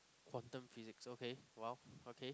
quantum physics okay !wow! okay